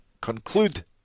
conclude